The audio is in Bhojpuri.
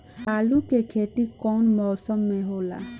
आलू के खेती कउन मौसम में होला?